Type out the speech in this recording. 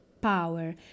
power